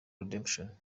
redemption